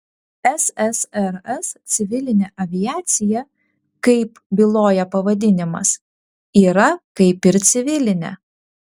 ssrs civilinė aviacija kaip byloja pavadinimas yra kaip ir civilinė